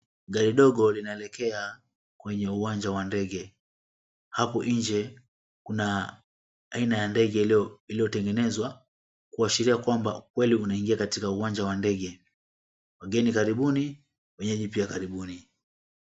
Gari dogo linaelekea kwenye uwanja wa ndege. Hapo nje kuna aina ya ndege iliotengenezwa kuashiria kwamba kweli unaingia katika uwanja wa ndege. Wageni karibuni, wenyeji pia karibuni.